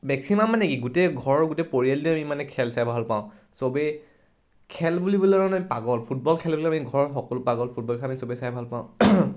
maximum মানে কি গোটেই ঘৰৰ গোটেই পৰিয়ালটোৱে আমি মানে খেল চাই ভাল পাওঁ চবেই খেল বুলি ক'লে আমি পাগল ফুটবল খেল বুলি ক'লে আমি ঘৰৰ সকলো পাগল ফুটবল খেল আমি চবেই চাই ভাল পাওঁ